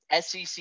SEC